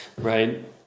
Right